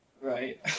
Right